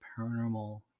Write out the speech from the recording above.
paranormal